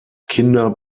kinder